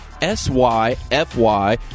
S-Y-F-Y